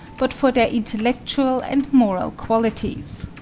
but for their intellectual and moral qualities.